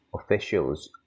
officials